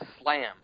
slam